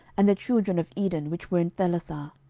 and the children of eden which were in thelasar?